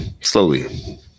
slowly